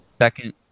second